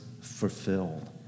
fulfilled